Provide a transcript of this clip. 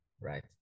right